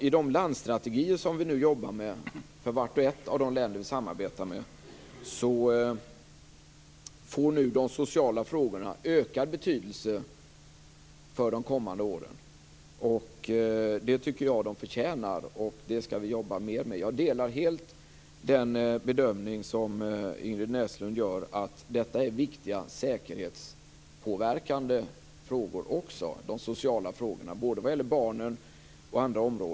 I de landsstrategier som vi jobbar med för vart och ett av de länder vi samarbetar med får nu de sociala frågorna ökad betydelse för de kommande åren. Det tycker jag att de förtjänar, och det ska vi jobba mer med. Jag delar helt den bedömning som Ingrid Näslund gör om att detta också är viktiga säkerhetspåverkande frågor, alltså de sociala frågorna. Det gäller både barnen och andra områden.